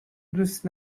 دوست